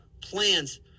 plans